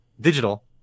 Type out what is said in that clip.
digital